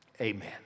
Amen